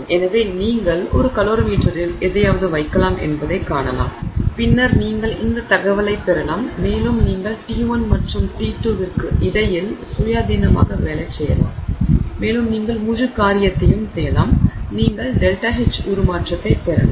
எனவே நீங்கள் ஒரு கலோரிமீட்டரில் எதையாவது வைக்கலாம் என்பதைக் காணலாம் பின்னர் நீங்கள் இந்த தகவலைப் பெறலாம் மேலும் நீங்கள் T1 மற்றும் T2 க்கு இடையில் சுயாதீனமாக வேலை செய்யலாம் மேலும் நீங்கள் முழு காரியத்தையும் செய்யலாம் நீங்கள் ΔH உருமாற்றத்தைப் பெறலாம்